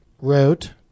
wrote